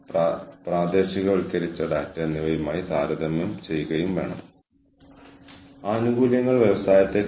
താൽക്കാലിക വേർപിരിയലിന്റെ ഭാഗമാണ് നിങ്ങൾ കാര്യങ്ങൾ നോക്കുന്നത് എന്താണ് ഉടനടി ചെയ്യേണ്ടതെന്നും എന്ത് കാത്തിരിക്കണമെന്നും തീരുമാനിക്കുന്നു എന്നിട്ട് ഒരു തീരുമാനം എടുക്കൂ